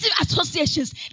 associations